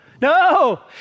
no